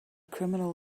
criminal